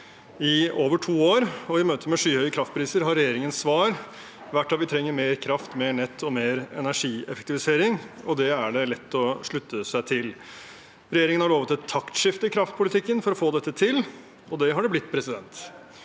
i over to år, og i møte med skyhøye kraftpriser har regjeringens svar vært at vi trenger mer kraft, mer nett og mer energieffektivisering. Det er det lett å slutte seg til. Regjeringen har lovet et taktskifte i kraftpolitikken for å få dette til, og det har det blitt –